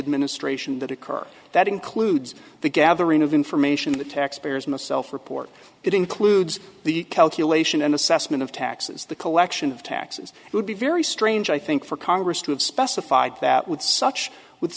the ministration that occur that includes the gathering of information the taxpayers myself report it includes the calculation and assessment of taxes the collection of taxes would be very strange i think for congress to have specified that w